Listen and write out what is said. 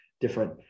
different